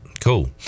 cool